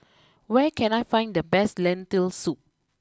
where can I find the best Lentil Soup